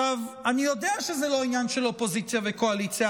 אני יודע שזה לא עניין של אופוזיציה וקואליציה,